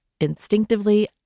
Instinctively